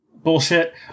bullshit